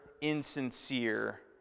insincere